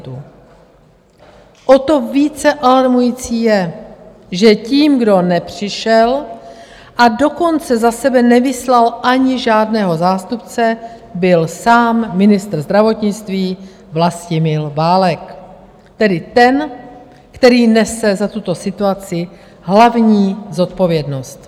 O to více alarmující je, že tím, kdo nepřišel, a dokonce za sebe nevyslal ani žádného zástupce, byl sám ministr zdravotnictví Vlastimil Válek, tedy ten, který nese za tuto situaci hlavní zodpovědnost.